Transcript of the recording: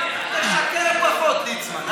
תשקר פחות, ליצמן.